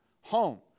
home